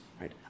right